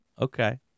okay